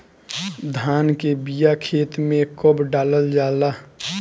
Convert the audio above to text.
धान के बिया खेत में कब डालल जाला?